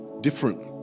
different